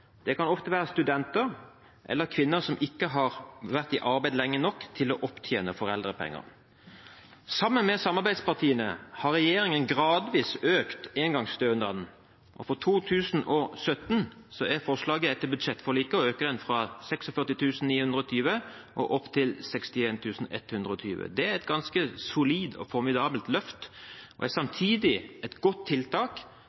Det kan ofte være studenter eller kvinner som ikke har vært i arbeid lenge nok til å opptjene foreldrepenger. Sammen med samarbeidspartiene har regjeringen gradvis økt engangsstønaden, og for 2017 er forslaget etter budsjettforliket å øke den fra 46 920 kr til 61 120 kr. Det er et ganske solid og formidabelt løft og samtidig et godt tiltak for å redusere inntektsforskjeller og bekjempe fattigdom. Det er